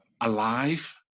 alive